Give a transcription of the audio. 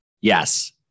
Yes